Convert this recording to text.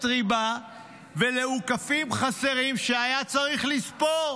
ריבה ולאוכפים חסרים שהיה צריך לספור.